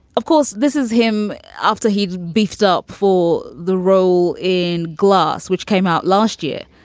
of course, this is him after he's beefed up for the role in glass, which came out last year